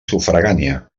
sufragània